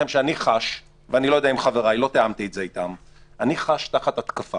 חש תחת התקפה, ולא תיאמתי זאת עם חבריי, תחת התקפה